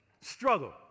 struggle